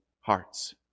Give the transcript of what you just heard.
hearts